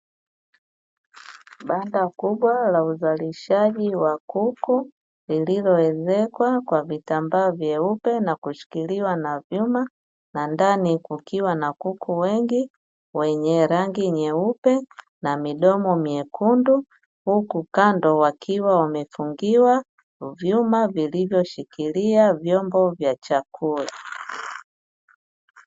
Banda kubwa la uzalishaji wa kuku lilloezekwa kwa vitambaa vyeupe na kushikiliwa na vyuma, na ndani kukiwa na kuku wengi wenye rangi nyeupe na midomo myekundu, na huku kando wakiwa wamefungiwa vyuma vilivyoshikilia vyombo vya chakula.